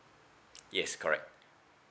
yes correct